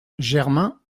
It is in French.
germain